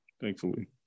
thankfully